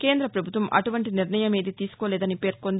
కేంద పభుత్వం అటువంటి నిర్ణయమేదీ తీసుకోలేదని పేర్కొంది